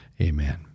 Amen